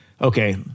Okay